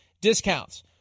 discounts